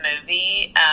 movie